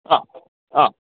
ആ ആ